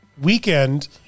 weekend